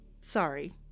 Sorry